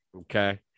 okay